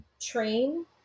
train